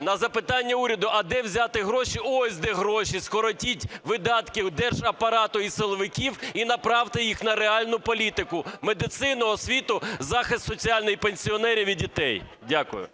на запитання уряду – а де взяти гроші, ось де гроші – скоротіть видатки держапарату і силовиків, і направте їх на реальну політику: медицину, освіту, захист соціальний пенсіонерів і дітей. Дякую.